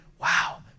wow